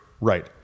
right